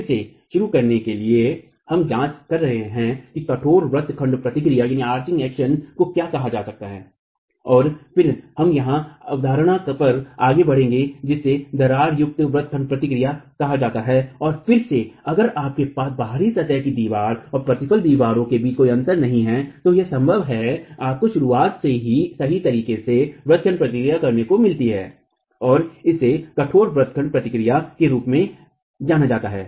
फिर से शुरू करने के लिए हम जांच कर रहे हैं कि कठोर व्रत खंड प्रतिक्रिया को क्या कहा जाता है और फिर हम एक अवधारणा पर आगे बढ़ेंगे जिसे दरार युक्त व्रत खंड प्रतिक्रिया कहा जाता है और फिर से अगर आपके पास बाहरी सतह की दीवार और प्रतिफल दीवारों के बीच कोई अंतर नहीं है तो यह संभव है आपको शुरुआत में ही सही तरीके से व्रत खंड प्रतिक्रिया करने को मिलती है और इसे कठोर व्रत खंड प्रतिक्रिया के रूप में जाना जाता है